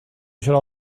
should